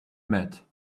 mat